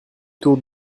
tour